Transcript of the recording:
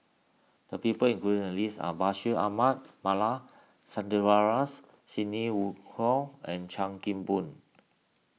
the people included in the list are Bashir Ahmad Mallal Sidney Woodhull and Chan Kim Boon